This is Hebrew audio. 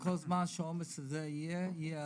וכל זמן שהעומס הזה יהיה, תהיה אלימות.